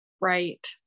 Right